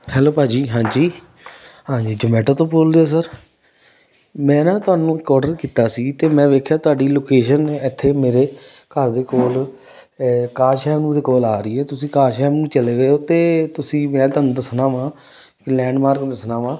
hello ਭਾਅ ਜੀ ਹਾਂਜੀ ਹਾਂਜੀ ਜ਼ੋਮੈਟੋ ਤੋਂ ਬੋਲਦੇ ਹੋ ਸਰ ਮੈਂ ਨਾ ਤੁਹਾਨੂੰ ਇੱਕ ਔਡਰ ਕੀਤਾ ਸੀ ਅਤੇ ਮੈਂ ਵੇਖਿਆ ਤੁਹਾਡੀ ਲੋਕੇਸ਼ਨ ਇੱਥੇ ਮੇਰੇ ਘਰ ਦੇ ਕੋਲ ਆਕਾਸ਼ ਹੈਮਜ਼ ਦੇ ਕੋਲ ਆ ਰਹੀ ਹੈ ਤੁਸੀਂ ਆਕਾਸ਼ ਹੈਮ ਚਲੇ ਗਏ ਹੋ ਅਤੇ ਤੁਸੀਂ ਮੈਂ ਤੁਹਾਨੂੰ ਦੱਸਣਾ ਵਾ ਕਿ ਲੈਂਡਮਾਰਕ ਦੱਸਣਾ ਵਾ